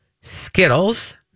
Skittles